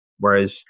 Whereas